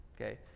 okay